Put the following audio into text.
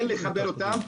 כן לחבר אותם,